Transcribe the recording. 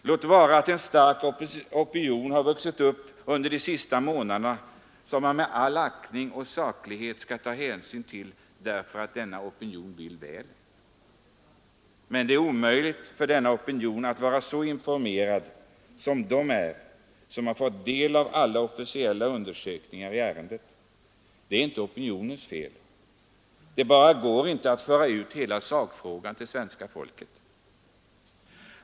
Låt vara att en stark opinion har vuxit upp under de senaste månaderna, som man med all aktning och saklighet skall ta hänsyn till därför att denna opinion vill väl. Men det är omöjligt för denna opinion att vara så informerad som de är vilka har fått del av alla officiella undersökningar i ärendet. Det är inte opinionens fel. Det går bara inte att föra ut hela sakfrågan till svenska folket.